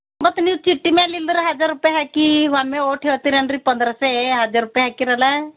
ಮತ್ತೆ ನೀವು ಚೀಟಿ ಮೇಲಿಂದ್ರ ಹಜಾರ್ ರೂಪಾಯಿ ಹಾಕಿ ಒಮ್ಮೆ ಒಟ್ಟು ಹೇಳ್ತಿರೇನ್ರೀ ಪಂದ್ರಸೇ ಹಜಾರ್ ರೂಪಾಯಿ ಹಾಕೀರಲ್ಲ